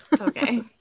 Okay